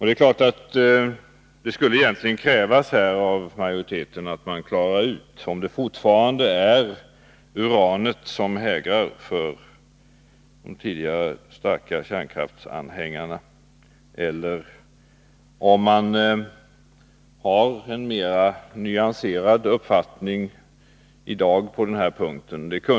Det skulle egentligen krävas att majoriteten klargör om det fortfarande är uranet som hägrar för de tidigare starka kärnkraftsanhängarna eller om de har en mer nyanserad uppfattning på den här punkten i dag.